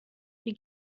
die